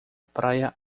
praia